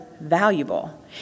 valuable